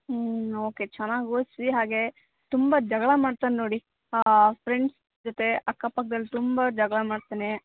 ಹ್ಞೂ ಓಕೆ ಚೆನ್ನಾಗಿ ಓದಿಸಿ ಹಾಗೆ ತುಂಬಾ ಜಗಳ ಮಾಡ್ತಾನೆ ನೋಡಿ ಫ್ರೆಂಡ್ಸ್ ಜೊತೆ ಅಕ್ಕಪಕ್ಕದಲ್ಲಿ ತುಂಬಾ ಜಗಳ ಮಾಡ್ತಾನೆ